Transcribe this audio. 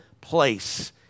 place